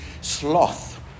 sloth